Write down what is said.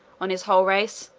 on his whole race,